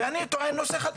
ואני טוען נושא חדש.